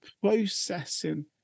processing